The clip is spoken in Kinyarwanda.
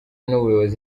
n’ubuyobozi